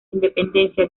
independencia